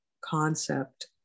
concept